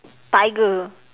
tiger